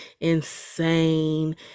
insane